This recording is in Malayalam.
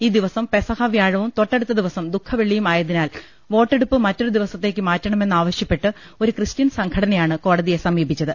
ഈ ദിവസം പെസഹ വ്യാഴവും തൊട്ടടുത്ത ദിവസം ദുഖവെ ള്ളിയും ആയതിനാൽ വോട്ടെടുപ്പ് മറ്റൊരു ദിവസത്തേക്ക് മാറ്റണ മെന്നാവശ്യപ്പെട്ട് ഒരു ക്രിസ്ത്യൻ സംഘടനയാണ് കോടതിയെ സമീപിച്ചത്